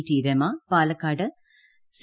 T Rama Palakkad C